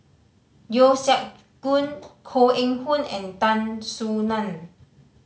Yeo Siak Goon Koh Eng Hoon and Tan Soo Nan